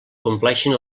compleixen